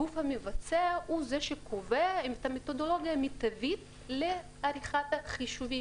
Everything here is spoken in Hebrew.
הגוף המבצע הוא זה שקובע את המתודולוגיה המיטבית לעריכת החישובים,